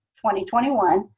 twenty twenty one,